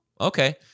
okay